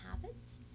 habits